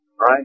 right